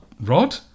rod